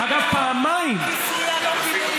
נתניהו, הפריע לו רק פינוי יישובים.